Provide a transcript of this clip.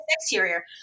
exterior